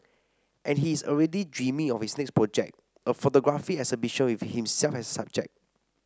and he is already dreaming of his next project a photography exhibition with himself as the subject